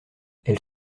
elle